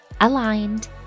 aligned